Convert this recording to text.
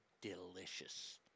Delicious